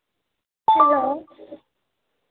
hello